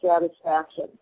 satisfaction